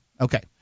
Okay